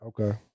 Okay